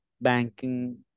banking